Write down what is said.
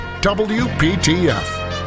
WPTF